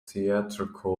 theatrical